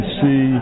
see